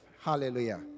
Hallelujah